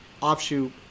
offshoot